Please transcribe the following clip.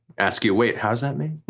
ask you wait, how's that made?